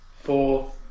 four